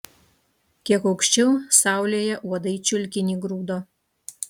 kiek aukščiau saulėje uodai čiulkinį grūdo